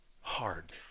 hard